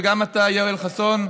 וגם אתה יואל חסון,